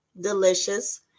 delicious